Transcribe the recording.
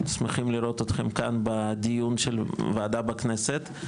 שמחים לראות אותכם כאן בדיון של וועדה בכנסת.